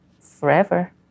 forever